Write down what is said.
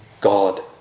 God